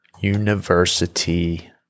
University